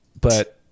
But-